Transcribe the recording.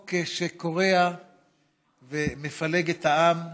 חוק שקורע ומפלג את העם,